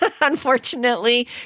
unfortunately